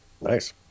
Nice